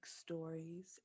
stories